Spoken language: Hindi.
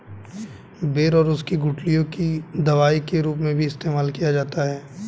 बेर और उसकी गुठलियों का दवाई के रूप में भी इस्तेमाल किया जाता है